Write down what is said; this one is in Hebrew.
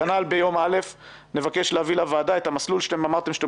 ביום א' נבקש להביא לוועדה את המסלול שאמרתם שאתם